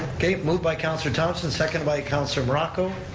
okay, moved by councilor thomson, seconded by councilor morocco.